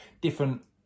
different